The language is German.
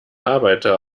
arbeiter